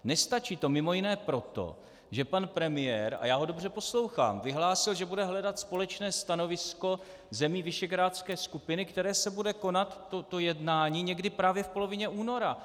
Nestačí to mimo jiné proto, že pan premiér, a já ho dobře poslouchám, vyhlásil, že bude hledat společné stanovisko zemí visegrádské skupiny, které se bude konat, to jednání, někdy právě v polovině února.